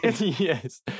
Yes